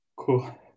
Cool